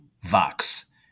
Vox